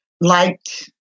Liked